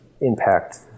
impact